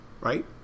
Right